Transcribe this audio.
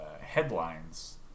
headlines